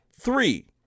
Three